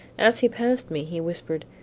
as he passed me, he whispered,